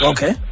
Okay